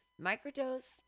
Microdose